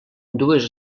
dues